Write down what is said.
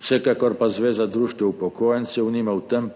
Vsekakor pa Zveza društev upokojencev Slovenije